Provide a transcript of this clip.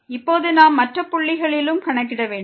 இப்போது நாம் மற்ற புள்ளிகளிலும் கணக்கிட வேண்டும்